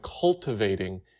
Cultivating